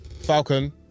Falcon